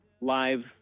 live